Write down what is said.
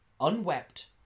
unwept